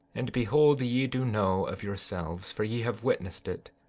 and behold, ye do know of yourselves, for ye have witnessed it,